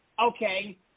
Okay